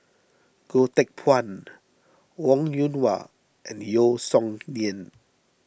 Goh Teck Phuan Wong Yoon Wah and Yeo Song Nian